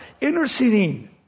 Interceding